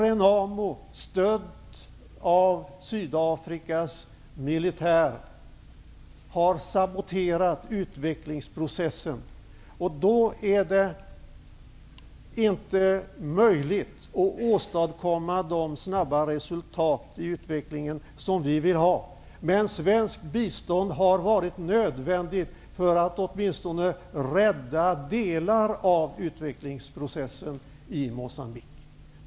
Renamo, stött av Sydafrikas militär, har saboterat utvecklingsprocessen i Moçambique. Då är det inte möjligt att åstadkomma de snabba resultat i utvecklingen som vi vill ha. Men svenskt bistånd har varit nödvändigt för att åtminstone rädda delar av utvecklingsprocessen i Moçambique.